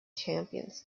champions